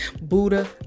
Buddha